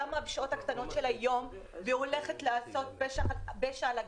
קמה בשעות הקטנות של היום והולכת לעשות פשע על הכבישים.